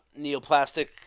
neoplastic